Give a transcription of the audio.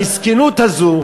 המסכנות הזאת,